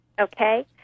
Okay